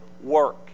work